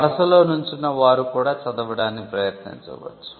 వరసలో నుంచున్న వారు కూడా చదవడానికి ప్రయత్నించవచ్చు